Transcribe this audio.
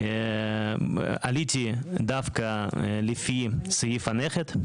עליתי דווקא לפי סעיף הנכד.